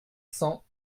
cents